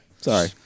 Sorry